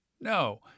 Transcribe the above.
No